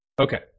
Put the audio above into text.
Okay